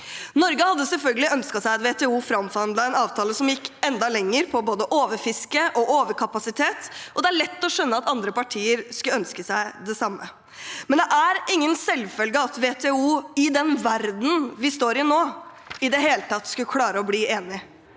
Norge hadde selvfølgelig ønsket seg at WTO framforhandlet en avtale som gikk enda lenger på både overfiske og overkapasitet, og det er lett å skjønne at andre partier skulle ønske seg det samme. Men det er ingen selvfølge at WTO, i den verden vi står i nå, i det hele tatt skulle klare å bli enige.